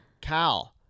Cal